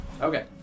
Okay